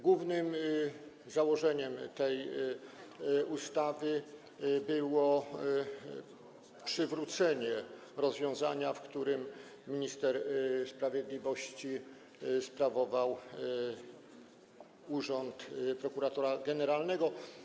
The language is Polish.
Głównym założeniem tej ustawy było przywrócenie rozwiązania, według którego minister sprawiedliwości sprawował urząd prokuratora generalnego.